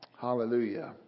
Hallelujah